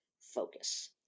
focus